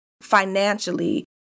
financially